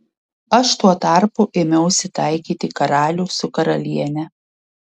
aš tuo tarpu ėmiausi taikyti karalių su karaliene